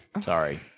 Sorry